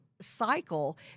cycle